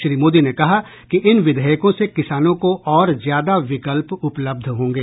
श्री मोदी ने कहा कि इन विधेयकों से किसानों को और ज्यादा विकल्प उपलब्ध होंगे